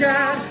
God